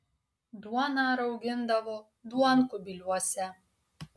duoną raugindavo duonkubiliuose